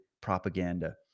propaganda